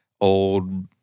old